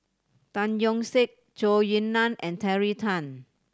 Tan Yeok Seong Zhou Ying Nan and Terry Tan